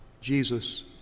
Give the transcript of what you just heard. Jesus